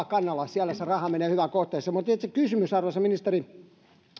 kannalla siellä se raha menee hyvään kohteeseen mutta se itse kysymys arvoisa ministeri kun